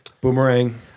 Boomerang